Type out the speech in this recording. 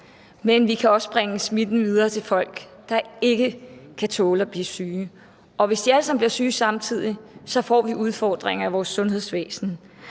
men vi kan også bringe smitten videre til folk, der ikke kan tåle at blive syge, og hvis de alle sammen bliver syge samtidig, får vi udfordringer i vores sundhedsvæsen.